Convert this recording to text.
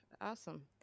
Awesome